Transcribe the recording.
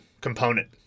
component